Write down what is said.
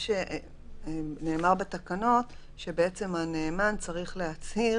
נאמר בתקנות שבעצם הנאמן צריך להצהיר